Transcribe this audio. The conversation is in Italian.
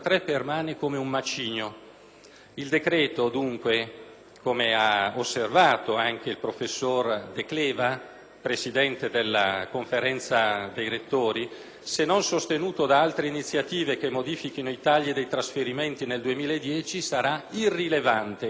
Il decreto, dunque, come ha osservato anche il professor Decleva, presidente della Conferenza dei rettori, se non sostenuto da altre iniziative che modifichino i tagli dei trasferimenti nel 2010, sarà irrilevante nelle conseguenze che